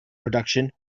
production